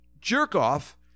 jerk-off